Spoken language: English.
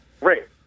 Right